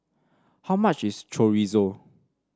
how much is Chorizo